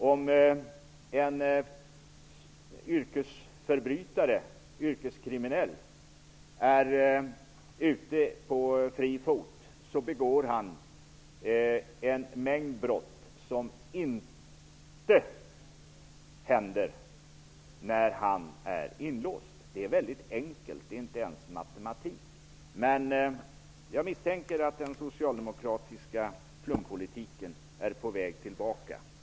Om en yrkeskriminell befinner sig på fri fot, begår han en mängd brott, som inte skulle inträffa om han vore inlåst. Det är väldigt enkel logik. Det behövs inte ens matematik. Jag misstänker dock att den socialdemokratiska flumpolitiken är på väg tillbaka.